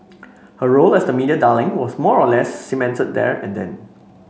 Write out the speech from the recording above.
her role as the media darling was more or less cemented there and then